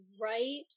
right